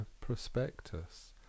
prospectus